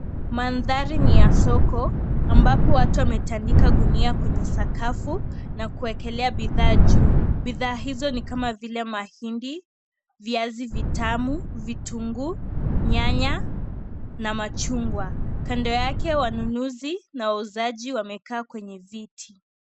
Mandhari ni ya soko ambapo wametandika gunia kwenye sakafu na kuwekelea bidhaa juu. Bidhaa hizo ni kama vile mahindi, viazi vitamu, vitunguu, nyanya na machungwa. Kando yake, wanunuzi na wauzaji wamekaa kwenye viti.